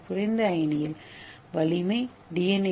எனவே குறைந்த அயனியில் வலிமை டி